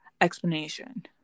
explanation